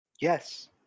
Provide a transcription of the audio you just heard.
Yes